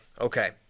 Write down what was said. Okay